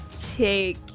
take